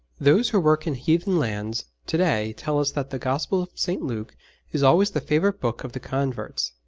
those who work in heathen lands to-day tell us that the gospel of st. luke is always the favourite book of the converts,